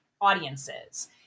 audiences